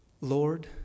Lord